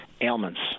ailments